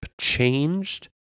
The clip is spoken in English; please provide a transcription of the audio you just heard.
changed